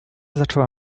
zaczęła